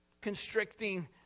constricting